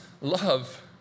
love